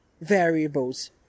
variables